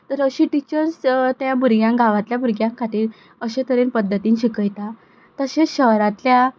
तर अशी टिचर्स त्या भुरग्यांक गांवांतल्या भुरग्यां खातीर अशे तरेन पद्दतीन शिकयता तशें शहरांतल्या